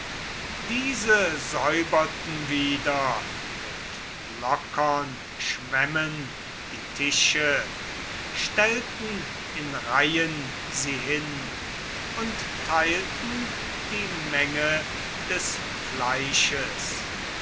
diese säuberten wieder mit lockern schwämmen die tische stellten in reihen sie hin und teilten die menge des fleisches